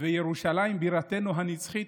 וירושלים היא בירתנו הנצחית.